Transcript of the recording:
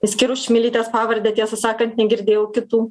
išskyrus čmilytės pavardę tiesą sakant negirdėjau kitų